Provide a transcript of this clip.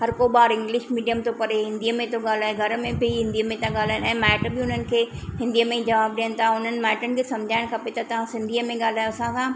हर को ॿार इंग्लिश मीडियम थो पढ़े हिंदीअ में थो ॻाल्हाए घर में बि हिंदीअ में था ॻाल्हाइनि ऐं माइट बि हुननि खे हिंदीअ में ई जवाबु ॾियन था उन्हनि माइटनि खे समुझाइणु खपे त तव्हां सिंधीअ में ॻाल्हायो असांसां